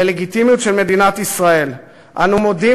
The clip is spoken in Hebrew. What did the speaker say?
והאנרגיה, והמדע,